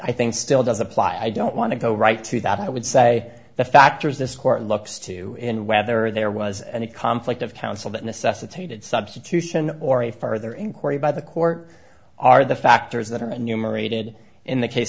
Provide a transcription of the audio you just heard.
i think still does apply i don't want to go right to that i would say the factors this court looks to in whether there was any conflict of counsel that necessitated substitution or a further inquiry by the court are the factors that are numerated in the case